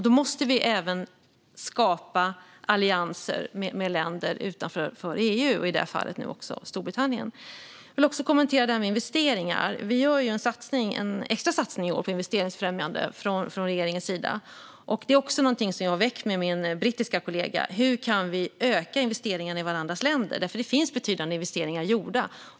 Då måste vi skapa allianser även med länder utanför EU, i detta fall också Storbritannien. Jag vill också kommentera detta med investeringar. Från regeringens sida gör vi i år en extra satsning på investeringsfrämjande. Detta är också något jag har väckt med min brittiska kollega: Hur kan vi öka investeringarna i varandras länder? Det finns betydande investeringar gjorda.